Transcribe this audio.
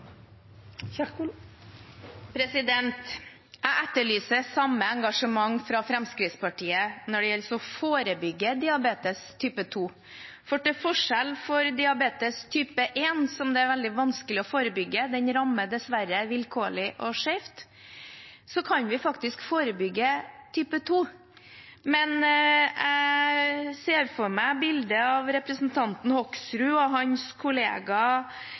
til forskjell fra diabetes type 1, som er veldig vanskelig å forebygge – den rammer dessverre vilkårlig og skjevt – kan vi faktisk forebygge type 2. Men jeg ser for meg bildet av representanten Hoksrud og hans kollega